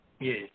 Yes